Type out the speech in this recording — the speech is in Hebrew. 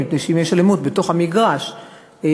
מפני שאם יש אלימות בתוך המגרש וכו',